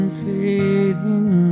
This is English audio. fading